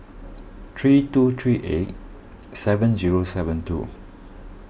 three two three eight seven zero seven two